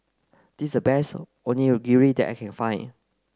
this a best Onigiri that I can find